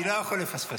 אני לא יכול לפספס.